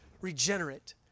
regenerate